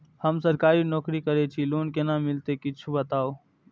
हम सरकारी नौकरी करै छी लोन केना मिलते कीछ बताबु?